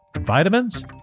Vitamins